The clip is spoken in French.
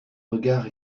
regards